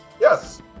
yes